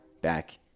back